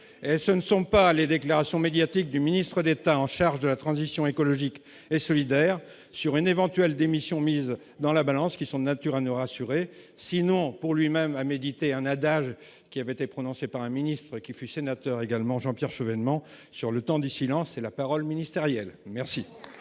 ce ne sont pas les déclarations médiatiques du ministre d'État en charge de la transition écologique et solidaire sur une éventuelle démission mise dans la balance, qui sont de nature à nous rassurer, sinon pour lui-même, à méditer un adage qui avait été prononcée par un ministre, qui fut sénateur également Jean-Pierre Chevènement sur le temps d'ici, c'est la parole ministérielle merci.